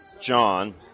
John